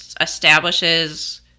establishes